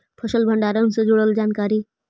फसल भंडारन से जुड़ल जानकारी?